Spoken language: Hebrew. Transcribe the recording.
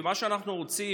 ומה שאנחנו רוצים,